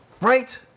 Right